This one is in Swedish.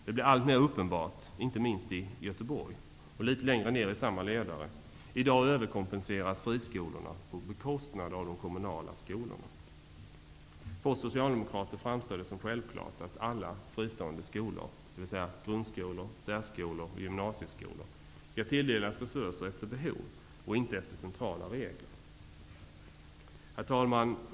Det blir alltmer uppenbart -- inte minst i Göteborg. Litet längre ned i samma ledare står det: I dag överkompenseras friskolorna på bekostnad av de kommunala skolorna. För oss socialdemokrater framstår det som självklart att alla fristående skolor, dvs. grundskolor, särskolor och gymnasieskolor skall tilldelas resurser efter behov och inte efter centrala regler. Herr talman!